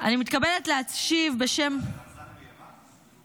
אני מתכבדת להשיב בשם --- מה, אמסלם ביוון?